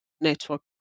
network